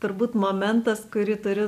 tūrbūt momentas kurį turi